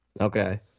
Okay